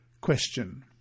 Question